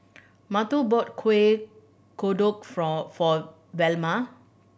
Matteo bought Kueh Kodok from for Velma